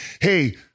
hey